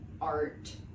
art